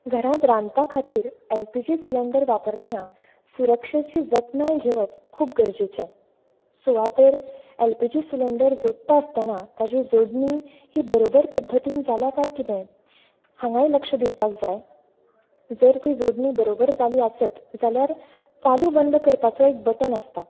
घरांत रांदपा खातीर एलपीजी सिलिंडर वापरतना सुरक्षेची जतनाय घेवप खूब गरजेचे सुवातेर एलपीजी सिलींडर जोडटा आसतना ताजी जोडणीं ही बरोबर पध्दतीन जाल्या काय कितें हांगाय लक्ष दिवपाक जाय जर ती जोडणी बरोबर जाली आसत जाल्यार चालू बंद करपाचो एक बटन आसता